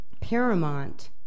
paramount